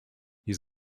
his